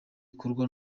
ikorwa